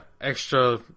Extra